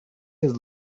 his